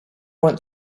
want